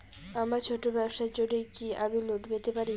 আমার ছোট্ট ব্যাবসার জন্য কি আমি লোন পেতে পারি?